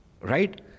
Right